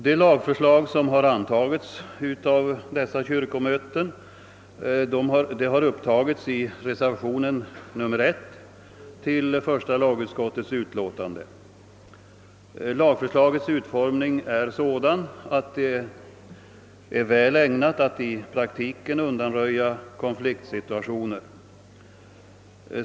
Det lagförslag, som har antagits av dessa kyrkomöten, har upptagits i reservationen 1 till första lagutskottets utlåtande. Som lagförslaget utformats är det väl ägnat att i praktiken undanröja konfliktsituationer.